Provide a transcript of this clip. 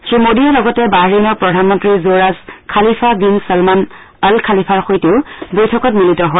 শ্ৰীমোডীয়ে লগতে বাহৰেইনৰ প্ৰধানমন্ত্ৰী যুৱৰাজ খালিফা বিন চলমান অল্ খালিফাৰ সৈতেও বৈঠকত মিলিত হয়